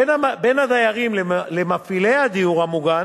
בין הדיירים למפעילי בית הדיור המוגן